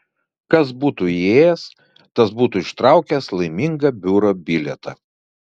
kas būtų įėjęs tas būtų ištraukęs laimingą biuro bilietą